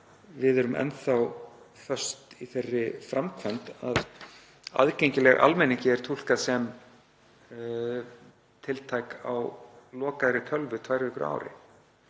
við erum enn þá föst í þeirri framkvæmd að „aðgengilegar almenningi“ er túlkað sem tiltækar á lokaðri tölvu í tvær vikur á